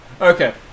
Okay